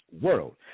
world